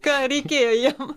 ką reikėjo jiem